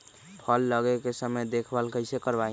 फल लगे के समय देखभाल कैसे करवाई?